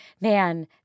man